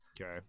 Okay